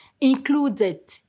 included